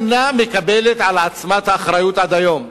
אינה מקבלת על עצמה את האחריות עד היום?